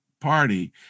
party